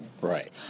Right